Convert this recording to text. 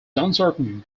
uncertain